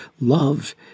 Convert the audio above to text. love